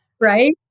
right